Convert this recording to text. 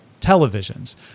televisions